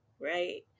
right